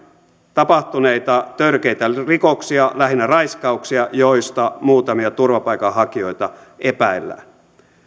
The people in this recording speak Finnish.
tapahtuneita törkeitä rikoksia lähinnä raiskauksia joista muutamia turvapaikanhakijoita epäillään